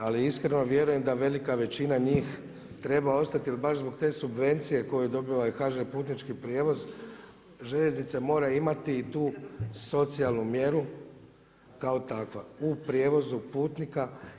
Ali iskreno vjerujem, da velika većina njih treba ostati, jer baš zbog te subvencije koju dobiva i HŽ putnički prijevoz, željeznice mora imati i tu socijalnu mjeru kao takva u prijevozu putnika.